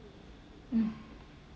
mm